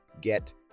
get